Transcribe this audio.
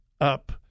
up